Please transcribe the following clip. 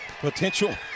Potential